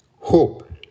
hope